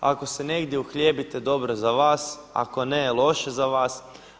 Ako se negdje uhljebite dobro za vas, ako ne, loše za vas.